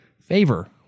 Favor